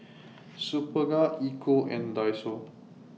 Superga Equal and Daiso